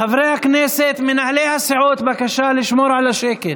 חברי הכנסת, מנהלי הסיעות, בבקשה לשמור על השקט.